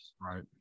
Right